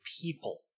people